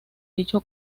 dicho